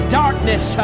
darkness